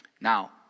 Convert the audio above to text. Now